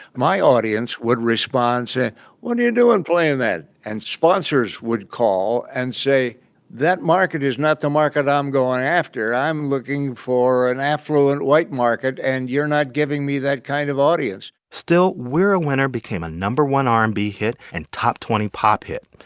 my audience would respond saying what are you doing playing that? and sponsors would call and say that market is not the market i'm going after. i'm looking for an affluent white market, and you're not giving me that kind of audience still, we're a winner became a no. one r and b hit and top twenty pop hit.